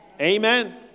Amen